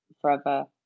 forever